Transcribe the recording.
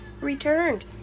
returned